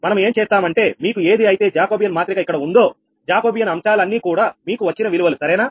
మనము ఏం చేస్తామంటే మీకు ఏది అయితే జాకోబియన్ మాత్రిక ఇక్కడ ఉందో జాకోబియన్ అంశాలు అన్నీ కూడా మీకు వచ్చిన విలువలు సరేనా